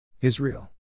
Israel